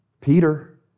Peter